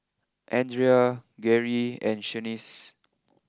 Andrea Garey and Shanice